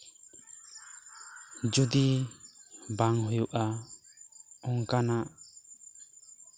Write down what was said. ᱡᱚᱫᱤ ᱵᱟᱝ ᱦᱩᱭᱩᱜᱼᱟ ᱚᱱᱠᱟᱱᱟᱜ